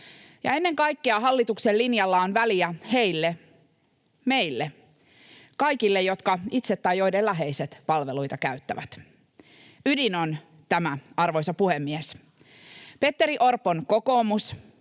Ja ennen kaikkea hallituksen linjalla on väliä heille — meille kaikille — jotka itse tai joiden läheiset palveluita käyttävät. Ydin on tämä, arvoisa puhemies: Petteri Orpon kokoomus